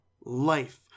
life